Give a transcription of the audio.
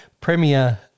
premier